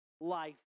life